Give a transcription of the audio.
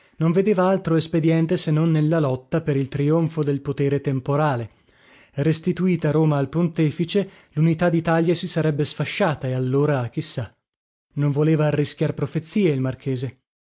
non vedeva altro espediente se non nella lotta per il trionfo del potere temporale restituita roma al pontefice lunità ditalia si sarebbe sfasciata e allora chi sa non voleva arrischiar profezie il marchese